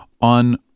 on